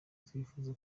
twifuza